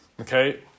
Okay